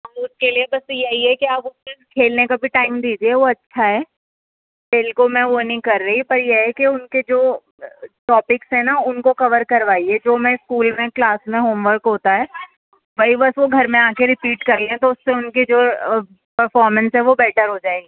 تو اس کے لیے بس تو یہی ہے کہ آپ اس کے کھیلنے کا بھی ٹائم دیجئے وہ اچھا ہے کھیل کو میں وہ نہیں کہہ رہی پر یہ ہے ان کے جو ٹاپکس ہیں نا ان کور کروائیے جو میں اسکول میں کلاس میں ہوم ورک ہوتا ہے وہی بس وہ گھر میں آ کر ریپیٹ کر لیں تو اس سے ان کے جو پرفارمنس ہے وہ بیٹر ہو جائے گی